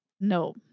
No